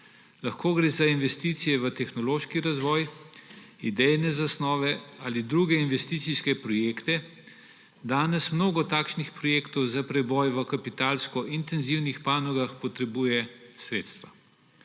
Lahko gre za investicije v tehnološki razvoj, idejne zasnove ali druge investicijske projekte. Danes mnogo takšnih projektov za preboj v kapitalsko intenzivnih panogah potrebuje sredstva.